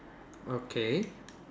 okay